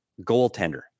goaltender